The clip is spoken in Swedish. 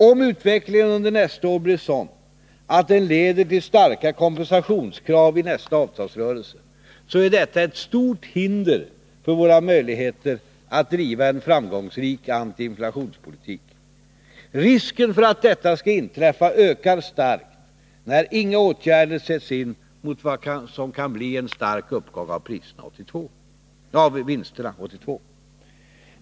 Om utvecklingen under nästa år blir sådan att den leder till starka kompensationskrav i nästa avtalsrörelse, är detta ett stort hinder för våra möjligheter att driva en framgångsrik anti-inflationspolitik. Risken för att detta skall inträffa ökar starkt, när inga åtgärder sätts in mot vad som kan bli en kraftig uppgång av vinsterna under 1982.